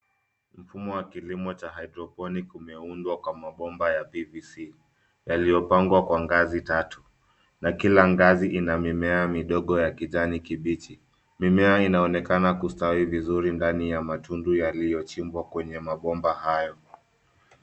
Mfumo wa kilimo cha (cs)hydroponic (cs)umeundwa kwa mabomba ya (cs)pvc (cs)yaliyopangwa kwa ngazi tatu, na kila ngazi mimea ndogo ya kijani kibichi. Mimea inaonekana kustawi vizuri ndani ya matundu yaliyochimbwa kwenye mabomba hayo.